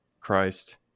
Christ